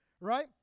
right